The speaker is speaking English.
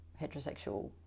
heterosexual